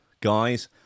guys